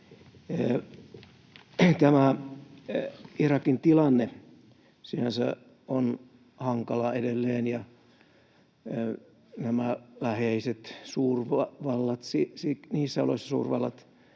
Tämä Irakin tilanne sinänsä on hankala edelleen, ja nämä läheiset suurvallat, niissä oloissa suurvallat,